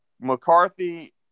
McCarthy